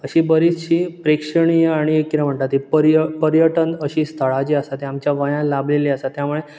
अशी बरिचशीं प्रेक्षणीय आनी किदे म्हणटा ती पर्यट पर्यटन अशी स्थळा जी आसा ते आमच्या गोंयान लाभिल्ली आसा त्यामुळे